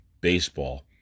baseball